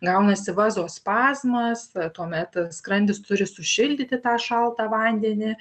gaunasi vazospazmas tuomet skrandis turi sušildyti tą šaltą vandenį